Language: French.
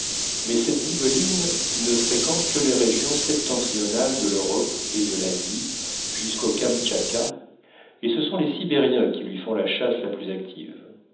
mais cette zibeline ne fréquente que les régions septentrionales de l'europe et de l'asie jusqu'au kamtchatka et ce sont les sibériens qui lui font la chasse la plus active